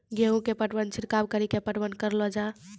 गेहूँ के पटवन छिड़काव कड़ी के पटवन करलो जाय?